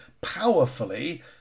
powerfully